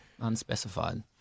Unspecified